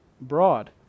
broad